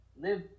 live